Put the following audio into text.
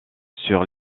sur